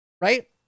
right